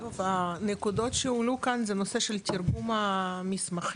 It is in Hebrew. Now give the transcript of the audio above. הנקודות שהועלו כאן הן בנושא תרגום המסמכים.